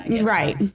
Right